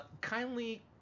kindly